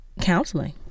counseling